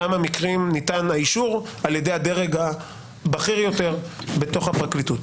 כמה מקרים ניתן האישור על ידי הדרג הבכיר יותר בתוך הפרקליטות.